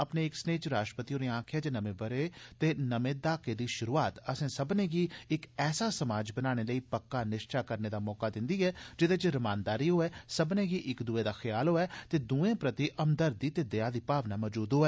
अपने इक सनेह् च राष्ट्रपति होरें आक्खेआ जे नमें ब'रे ते नमें दहाकें दी शुरूआत असें सब्मनें गी इक ऐसा समाज बनाने लेई पक्का निश्चा करने दा मौका दिंदी ऐ जेदे च रमानदारी होऐ इक दुए दा ख्याल होऐ ते दुए प्रति हमदर्दी ते दया दी भावना मजूद होऐ